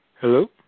Hello